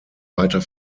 weiter